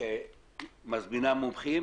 שמזמינה מומחים